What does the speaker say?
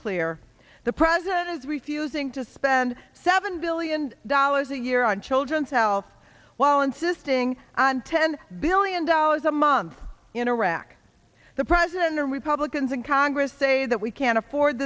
clear the president is refusing to spend seven billion dollars a year on children's self while insisting on ten billion dollars a month in iraq the president the republicans in congress say that we can't afford